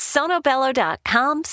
Sonobello.com